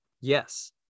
yes